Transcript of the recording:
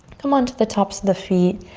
come on to the tops of the feet.